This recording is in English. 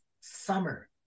summer